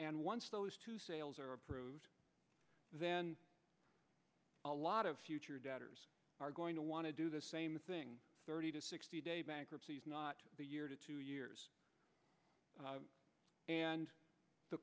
and once those sales are approved then a lot of future debtors are going to want to do the same thing thirty to sixty day bankruptcy is not a year to two years and the